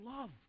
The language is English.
love